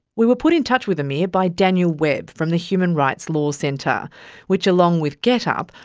we were put in touch with amir by daniel webb from the human rights law centre which, along with getup,